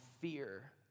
fear